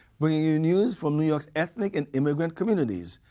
bringing you news from new york's ethnic and immigrant communities.